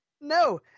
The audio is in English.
No